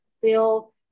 feel